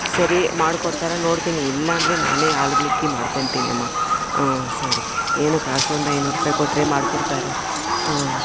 ಸರಿ ಮಾಡ್ಕೊಡ್ತಾರ ನೋಡ್ತೀನಿ ಇಲ್ಲಾಂದ್ರೆ ನಾನೇ ಆಳ್ಗಳು ಇಕ್ಕಿ ಮಾಡ್ಕೊಳ್ತೀನಿ ಅಮ್ಮ ಸರಿ ಏನು ಕಾಸು ಒಂದು ಐನೂರ್ರುಪಾಯಿ ಕೊಟ್ರೆ ಮಾಡ್ಕೊಡ್ತಾರೆ